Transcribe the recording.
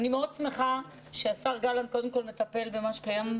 אני מאוד שמחה שהשר גלנט קודם כל מטפל במה שקיים,